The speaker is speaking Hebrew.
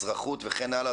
אזרחות וכן הלאה,